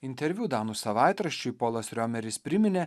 interviu danų savaitraščiui polas riomeris priminė